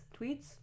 tweets